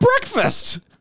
breakfast